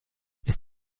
ist